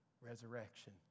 resurrection